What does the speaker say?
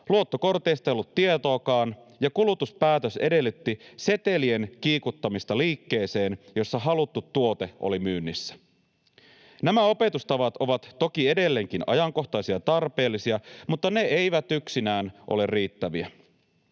luottokorteista ei ollut tietoakaan ja kulutuspäätös edellytti setelien kiikuttamista liikkeeseen, jossa haluttu tuote oli myynnissä. Nämä opetustavat ovat toki edelleenkin ajankohtaisia ja tarpeellisia, mutta ne eivät yksinään ole riittäviä.